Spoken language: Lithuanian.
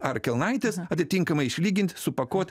ar kelnaites atitinkamai išlygint supakuot